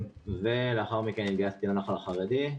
לאחר מכן התגייסתי לנח"ל החרדי,